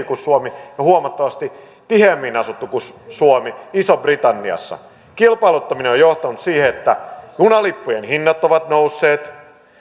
kuin suomi ja huomattavasti tiheämmin asuttu kuin suomi isossa britanniassa kilpailuttaminen on on johtanut siihen että junalippujen hinnat ovat nousseet